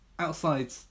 outside